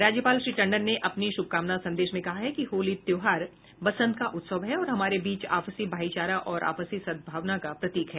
राज्यपाल श्री टंडन ने अपने शुभकामना संदेश में कहा है कि होली त्योहार बसन्त का उत्सव है और हमारे बीच आपसी भाईचारा और आपसी सदभावना का प्रतीक है